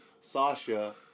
Sasha